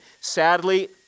Sadly